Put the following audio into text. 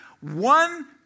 one